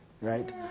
right